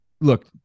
look